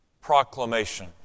proclamation